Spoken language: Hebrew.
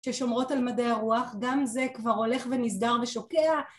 ששומרות על מדעי הרוח, גם זה כבר הולך ונסגר ושוקע